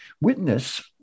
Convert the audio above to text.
witness